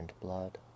Blood